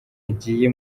yagiye